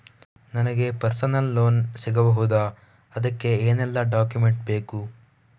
ನನಗೆ personal loan ಸಿಗಬಹುದ ಅದಕ್ಕೆ ಏನೆಲ್ಲ ಡಾಕ್ಯುಮೆಂಟ್ ಬೇಕು?